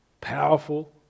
powerful